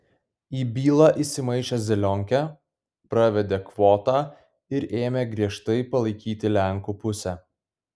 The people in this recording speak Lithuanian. į bylą įsimaišė zelionkė pravedė kvotą ir ėmė griežtai palaikyti lenkų pusę